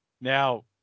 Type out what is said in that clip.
now